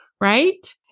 right